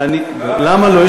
למה לא?